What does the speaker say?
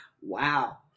Wow